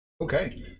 okay